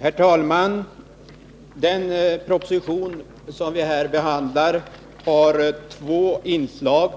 Herr talman! Den proposition som vi nu behandlar har två inslag.